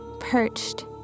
perched